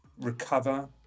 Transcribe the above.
recover